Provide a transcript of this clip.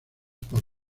por